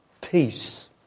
peace